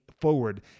forward